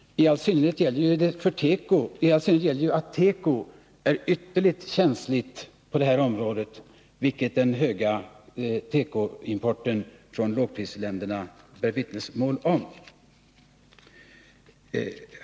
I all synnerhet gäller ju att tekoindustrin är ytterligt känslig på det här området, vilket den stora tekoimporten från lågprisländerna bär vittnesmål om.